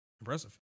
impressive